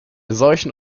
solchen